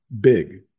big